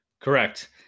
Correct